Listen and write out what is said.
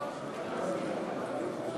לדיון מוקדם בוועדה שתקבע ועדת הכנסת נתקבלה.